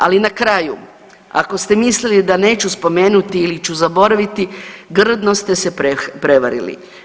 Ali na kraju, ako ste mislili da neću spomenuti ili ću zaboraviti grdno ste se prevarili.